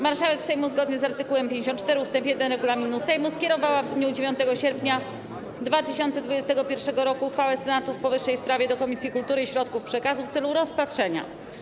Marszałek Sejmu, zgodnie z art. 54 ust. 1 regulaminu Sejmu, skierowała w dniu 9 sierpnia 2021 r. uchwałę Senatu w powyższej sprawie do Komisji Kultury i Środków Przekazu w celu rozpatrzenia.